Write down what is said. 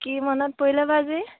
কি মনত পৰিলেবা আজি